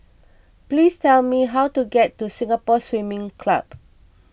please tell me how to get to Singapore Swimming Club